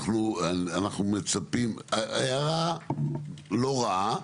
ההערה לא רעה.